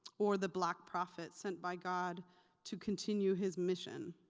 or the black prophet sent by god to continue his mission.